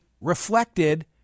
reflected